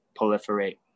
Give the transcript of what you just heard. proliferate